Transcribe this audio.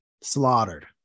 slaughtered